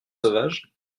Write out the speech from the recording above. sauvages